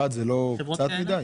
אחת זה לא קצת מידי?